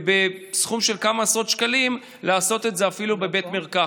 ובסכום של כמה עשרות שקלים לעשות את זה אפילו בבית מרקחת.